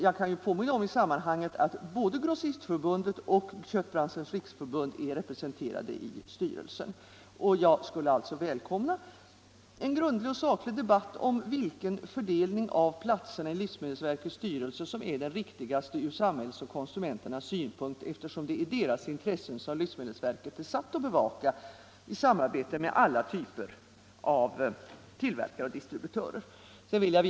Jag kan i sammanhanget påminna om att både Grossistförbundet och Köttbranschens riksförbund är representerade i styrelsen. Jag skulle alltså välkomna en grundlig och saklig debatt om vilken fördelning av platser i livsmedelsverkets styrelse som är den riktigaste från samhällets och konsumenternas synpunkt, eftersom det är deras intressen som livsmedelsverket är satt att bevaka i samarbete med alla typer av tillverkare och distributörer.